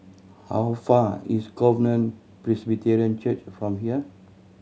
how far is Covenant Presbyterian Church from here